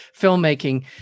filmmaking